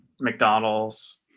McDonald's